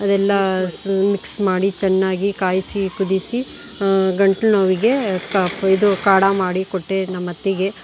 ಅದೆಲ್ಲ ಸ್ ಮಿಕ್ಸ್ ಮಾಡಿ ಚೆನ್ನಾಗಿ ಕಾಯಿಸಿ ಕುದಿಸಿ ಗಂಟ್ಲು ನೋವಿಗೆ ಕ್ ಇದು ಕಾಢಾ ಮಾಡಿ ಕೊಟ್ಟೆ ನಮ್ಮ ಅತ್ತೆಗೆ